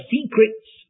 Secrets